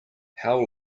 how